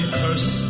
curse